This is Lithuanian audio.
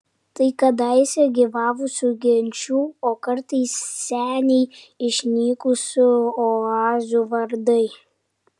tai kadaise gyvavusių genčių o kartais seniai išnykusių oazių vardai